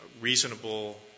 reasonable